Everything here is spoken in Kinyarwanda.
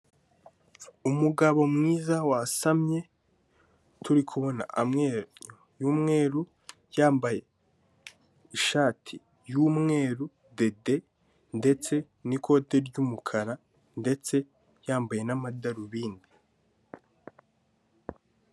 Umugabo mwiza wasamye turi kubona amenyo y'umweru, yambaye ishati y'umweru dede ndetse n'ikote ry'umukara ndetse yambaye n'amadarubindi.